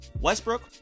westbrook